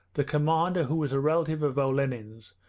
the commander, who was a relative of olenin's,